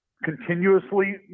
continuously